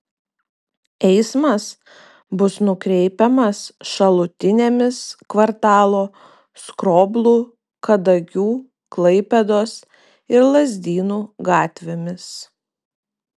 eismas bus nukreipiamas šalutinėmis kvartalo skroblų kadagių klaipėdos ir lazdynų gatvėmis